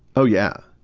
oh, yeah.